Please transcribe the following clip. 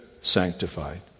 sanctified